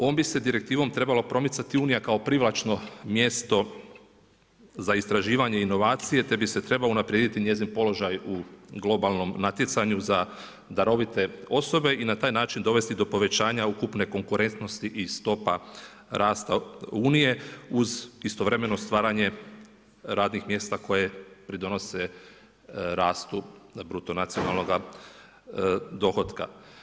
Ovom bi se direktivom trebalo promicati Unija kao privlačno mjesto za istraživanje i inovacije te bi se trebalo unaprijediti njezin položaj u globalnom natjecanju za darovite osobe i na taj način dovesti do povećanja ukupne konkurentnosti i stopa rasta Unije uz istovremeno stvaranje radnih mjesta koje pridonose rastu bruto nacionalnog dohotka.